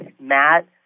Matt